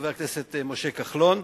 חבר הכנסת משה כחלון,